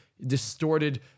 distorted